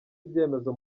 ibyemezo